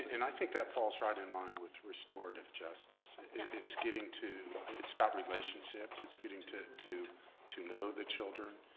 and i think that falls right in line with restorative justice. it's getting to, it's about relationships. it's getting to to to know the children.